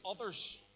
others